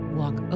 walk